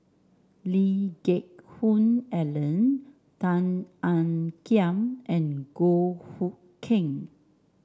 Lee Geck Hoon Ellen Tan Ean Kiam and Goh Hood Keng